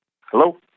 Hello